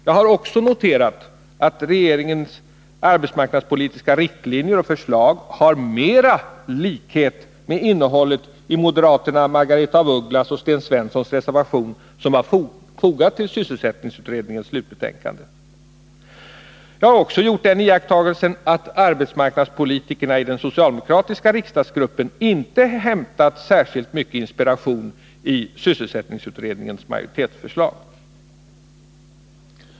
Jag har också noterat att regeringens arbetsmarknadspolitiska riktlinjer och förslag har större likhet med innehållet i moderaterna Margaretha af Ugglas och Sten Svenssons reservation, som var fogad till sysselsättningsutredningens slutbetänkande. Jag har också gjort den iakttagelsen att arbetsmarknadspolitikerna i den socialdemokratiska riksdagsgruppen inte hämtat särskilt mycket inspiration i sysselsättningsutredningens majoritetsförslag.